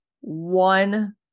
one